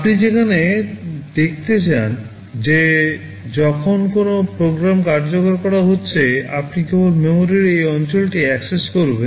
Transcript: আপনি দেখতে চান যে যখন কোনও প্রোগ্রাম কার্যকর হচ্ছে আপনি কেবল মেমরির এই অঞ্চলটি অ্যাক্সেস করবেন